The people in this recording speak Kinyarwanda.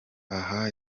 aha